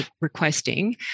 requesting